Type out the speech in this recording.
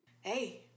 hey